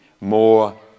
more